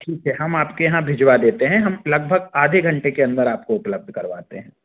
ठीक है हम आपके यहाँ भिजवा देते हैं हम लगभग आधे घंटे के अंदर आपको उपलब्ध करवाते हैं